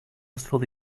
sauce